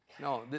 No